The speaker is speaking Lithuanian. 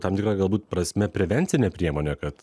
tam tikra galbūt prasme prevencinė priemonė kad